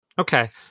okay